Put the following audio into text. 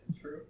True